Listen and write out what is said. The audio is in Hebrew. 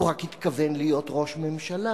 הוא רק התכוון להיות ראש ממשלה,